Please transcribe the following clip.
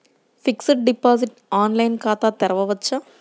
Fixed deposit online ఖాతా తెరువవచ్చా?